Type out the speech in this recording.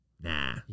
nah